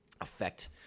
affect